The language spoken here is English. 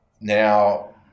Now